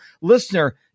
listener